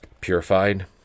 purified